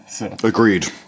Agreed